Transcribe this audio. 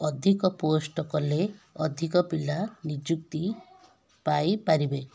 ଅଧିକ ପୋଷ୍ଟ କଲେ ଅଧିକ ପିଲା ନିଯୁକ୍ତି ପାଇପାରିବେ